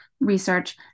research